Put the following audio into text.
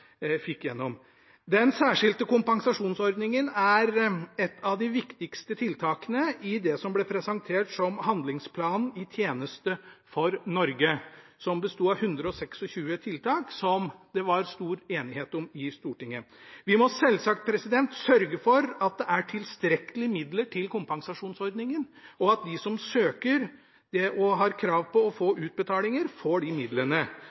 fikk igjennom. Den særskilte kompensasjonsordningen er et av de viktigste tiltakene i det som ble presentert som handlingsplanen «I tjeneste for Norge», som besto av 126 tiltak som det var stor enighet om i Stortinget. Vi må selvsagt sørge for at det er tilstrekkelige midler til kompensasjonsordningen, og at de som søker og har krav på å få utbetalinger, får de midlene,